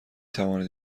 توانید